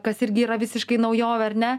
kas irgi yra visiškai naujovė ar ne